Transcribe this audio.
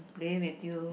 playing with you